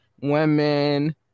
women